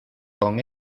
con